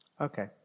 Okay